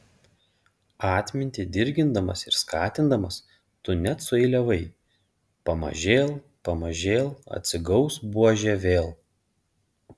atmintį dirgindamas ir skatindamas tu net sueiliavai pamažėl pamažėl atsigaus buožė vėl